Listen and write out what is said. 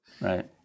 Right